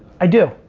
i do,